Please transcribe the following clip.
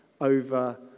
over